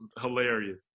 hilarious